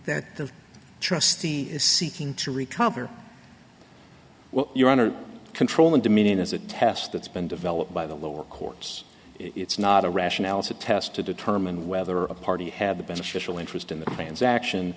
the trustee is seeking to recover well you're under control and demeaning is a test that's been developed by the lower courts it's not a rationale it's a test to determine whether a party had the beneficial interest in the man's action